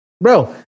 Bro